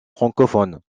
francophones